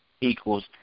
equals